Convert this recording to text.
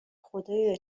خدایا